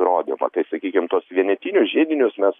rodymą tai sakykim tuos vienetinius židinius mes